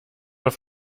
auf